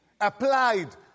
applied